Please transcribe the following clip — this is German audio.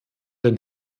den